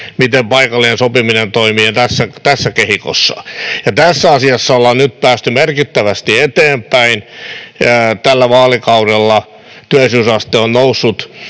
miten paikallinen sopiminen toimii, ja tässä kehikossa. Tässä asiassa ollaan nyt päästy merkittävästi eteenpäin. Tällä vaalikaudella työllisyysaste on noussut